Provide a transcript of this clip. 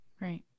Right